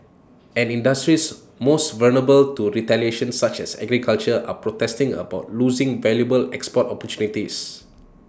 and industries most vulnerable to retaliation such as agriculture are protesting about losing valuable export opportunities